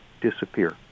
disappear